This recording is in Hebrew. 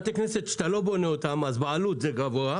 בתי כנסת שאתה לא בונה אותם אז בעלות זה גבוה.